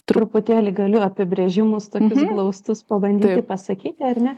truputėlį galiu apibrėžimus tokius glaustus pabandyti pasakyti ar ne